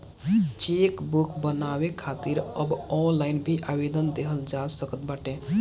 chequebook बनवावे खातिर अब ऑनलाइन भी आवेदन देहल जा सकत बाटे